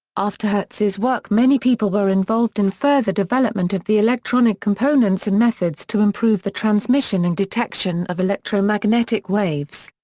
after hertz's work many people were involved in further development of the electronic components and methods to improve the transmission and detection of electromagnetic waves.